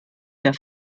der